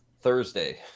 Thursday